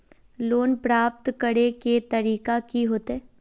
Loan प्राप्त करे के तरीका की होते?